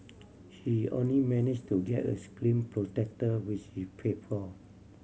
she only manage to get a screen protector which she paid for